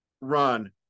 run